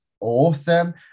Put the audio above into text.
awesome